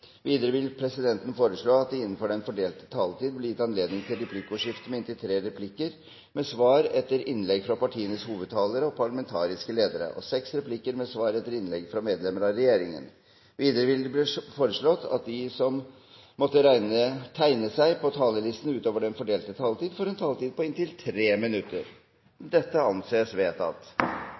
Videre vil presidenten foreslå at det blir gitt anledning til replikkordskifte på inntil tre replikker med svar etter innlegg fra partienes hovedtalere og parlamentariske ledere og seks replikker med svar etter innlegg fra medlemmer av regjeringen innenfor den fordelte taletid. Videre blir det foreslått at de som måtte tegne seg på talerlisten utover den fordelte taletid, får en taletid på inntil 3 minutter. – Dette anses vedtatt.